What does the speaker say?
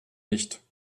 nicht